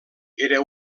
era